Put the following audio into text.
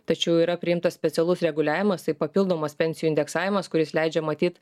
tačiau yra priimtas specialus reguliavimas tai papildomas pensijų indeksavimas kuris leidžia matyt